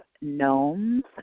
gnomes